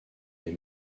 les